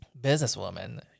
businesswoman